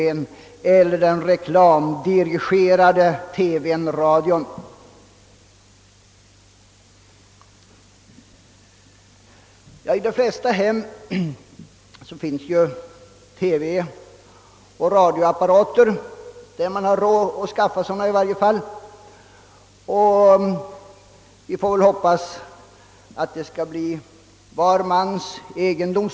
I de flesta hem finns nu TV och radioapparater — i varje fall där man har råd att skaffa sådana — och vi får väl hoppas att de skall bli var mans egendom.